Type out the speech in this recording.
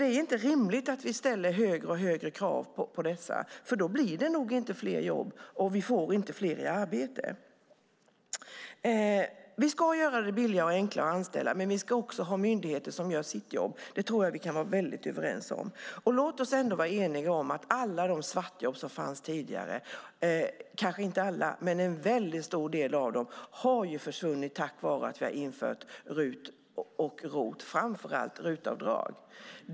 Det är inte rimligt att vi ställer högre och högre krav på dem, för då blir det nog inte fler jobb och vi får inte fler i arbete. Vi ska göra det billigare och enklare att anställa, men vi ska också ha myndigheter som gör sitt jobb. Det tror jag att vi kan vara överens om. Låt oss vara eniga om att alla de svartjobb som fanns tidigare eller åtminstone en stor del av dem har försvunnit tack vare att vi har infört RUT och ROT, framför allt RUT.